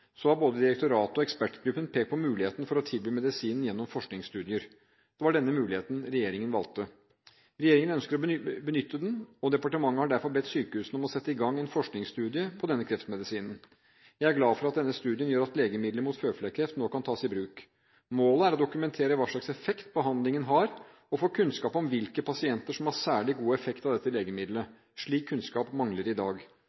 så har både direktoratet og ekspertgruppen pekt på muligheten for å tilby medisinen gjennom forskningsstudier. Det var denne muligheten regjeringen valgte. Regjeringen ønsker å benytte denne muligheten, og departementet har derfor bedt sykehusene om å sette i gang en forskningsstudie på denne kreftmedisinen. Jeg er glad for at denne studien gjør at legemidlet mot føflekkreft nå kan tas i bruk. Målet er å dokumentere hva slags effekt behandlingen har og få kunnskap om hvilke pasienter som har særlig god effekt av dette legemidlet. Slik kunnskap mangler i dag.